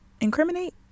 incriminate